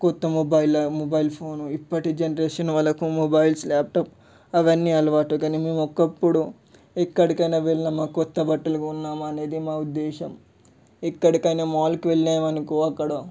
కొత్త మొబైలా mobile phone ఇప్పటి జనరేషన్ వాళ్ళకు మొబైల్స్ ల్యాప్టాప్ అవన్నీ అలవాటు కానీ మేము ఒకప్పుడు ఎక్కడికైనా వెళ్ళామా కొత్త బట్టలు కొన్నామా అనేది మా ఉద్దేశం ఎక్కడికైనా మాల్కు వెళ్ళాం అనుకో అక్కడ